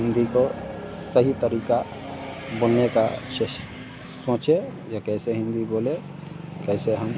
हिन्दी को सही तरीक़ा बोलने का चेस सोचें या कैसे हिन्दी बोलें कैसे हम